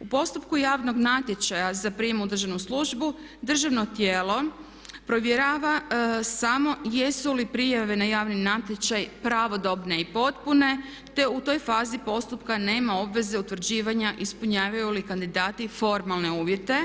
U postupku javnog natječaja za prijem u državnu službu državno tijelo provjerava samo jesu li prijave na javni natječaj pravodobne i potpune te u toj fazi postupka nema obveze utvrđivanja ispunjavaju li kandidati formalne uvjete